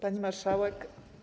Pani Marszałek!